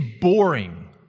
boring